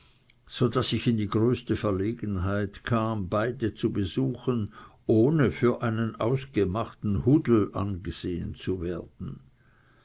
so daß ich in die größte verlegenheit kam beide zu besuchen ohne für einen ausgemachten hudel angesehen zu werden